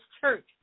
church